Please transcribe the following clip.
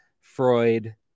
Freud